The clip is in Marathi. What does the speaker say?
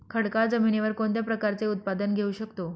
खडकाळ जमिनीवर कोणत्या प्रकारचे उत्पादन घेऊ शकतो?